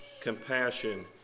compassion